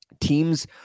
teams